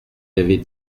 aviez